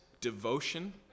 devotion